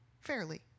fairly